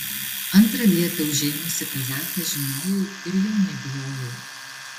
antrą vietą užėmusį kazachą žinojau ir jo nebijojau